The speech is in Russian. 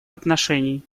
отношений